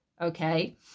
Okay